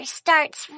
starts